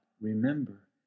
remember